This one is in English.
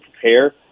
prepare